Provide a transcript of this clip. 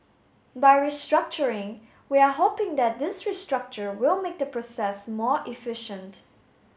by restructuring we are hoping that this restructure will make the process more efficient